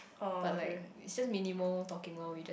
but like it's just minimal talking lor we just